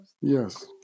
Yes